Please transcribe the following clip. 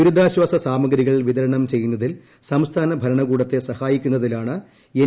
ദുരിതാശ്വാസ സാമഗ്രികൾ വിതരണം ചെയ്യുന്നതിൽ സംസ്ഥാന ഭരണകൂടത്തെ സഹായിക്കുന്നതിലാണ് എൻ